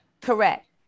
Correct